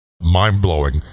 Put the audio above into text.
mind-blowing